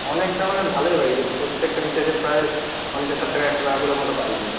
অনেকটা মানে ভালোই বাড়িয়েছে প্রত্যেকটা রিচার্জে প্রায় পঞ্চাশ ষাট টাকা একশো টাকা করে মতো বাড়িয়ে দিয়েছে